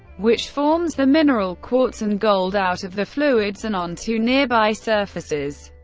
which forms the mineral quartz, and gold out of the fluids and onto nearby surfaces.